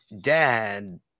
dad